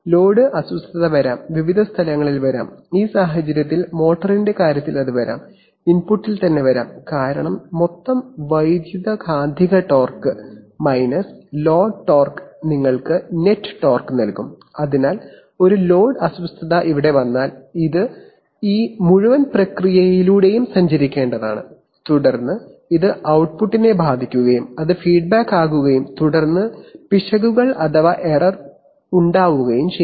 load അസ്വസ്ഥത വരാം വിവിധ സ്ഥലങ്ങളിൽ വരാം ഈ സാഹചര്യത്തിൽ മോട്ടറിന്റെ കാര്യത്തിൽ അത് വരാം ഇൻപുട്ടിൽ തന്നെ വരാം കാരണം മൊത്തം വൈദ്യുതകാന്തിക ടോർക്ക് മൈനസ് ലോഡ് ടോർക്ക് നിങ്ങൾക്ക് നെറ്റ് ടോർക്ക് നൽകും അതിനാൽ ഒരു ലോഡ് അസ്വസ്ഥത ഇവിടെ വന്നാൽ ഇത് ഈ മുഴുവൻ പ്രക്രിയയിലൂടെയും സഞ്ചരിക്കേണ്ടതാണ് തുടർന്ന് ഇത് output ട്ട്പുട്ടിനെ ബാധിക്കുകയും അത് ഫീഡ്ബാക്ക് ആകുകയും തുടർന്ന് പിശകുകൾ ഉണ്ടാകുകയും ചെയ്യും